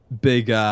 big